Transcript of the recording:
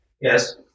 Yes